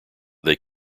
they